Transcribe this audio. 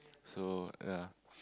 so ya